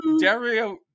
Dario